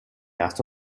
erste